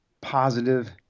positive